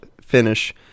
finish